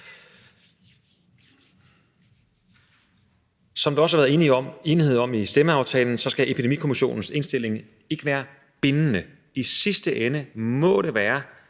Som der også har været enighed om i stemmeaftalen, skal Epidemikommissionens indstilling ikke være bindende. I sidste ende må det være